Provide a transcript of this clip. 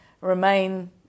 remain